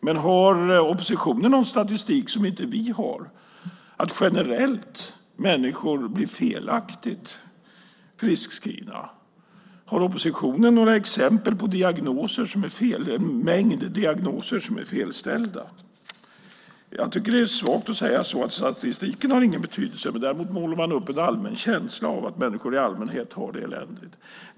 Men har oppositionen någon statistik som inte vi har som visar att människor generellt blir felaktigt friskskrivna? Har oppositionen en mängd exempel på diagnoser som är felställda? Jag tycker att det är svagt att säga att statistiken inte har någon betydelse. Man målar däremot upp en allmän känsla av att människor i allmänhet har det eländigt.